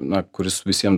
na kuris visiem